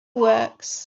works